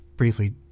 Briefly